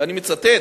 ואני מצטט,